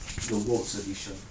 the worl's edition